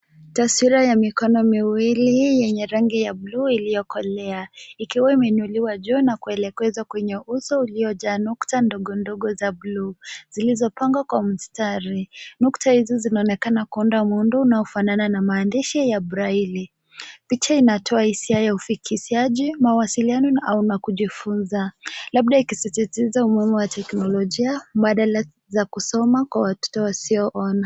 Taswira ya mikono miwili yenye rangi ya bluu iliyokolea ikiwa imeinuliwa juu na kuelekezwa kwenye uso uliojaa nukta ndogo ndogo za bluu zilizopangwa kwa mstari. Nukta hizi zinaonekana kuunda muundo unaofanana na maandishi ya braili . Picha inatoa hisia ya ufikiaji, mawasiliano ama kujifunza labda ikisisitiza umuhimu wa teknolojia mbadala za kusoma kwa watoto wasio ona.